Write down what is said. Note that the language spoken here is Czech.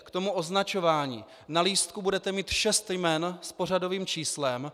K tomu označování: Na lístku budete mít šest jmen s pořadovým číslem.